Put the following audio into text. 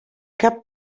cap